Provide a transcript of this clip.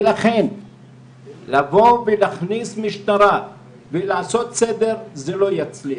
ולכן להכניס משטרה ולעשות סדר זה לא יצליח.